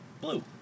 blue